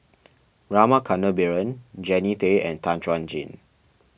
Rama Kannabiran Jannie Tay and Tan Chuan Jin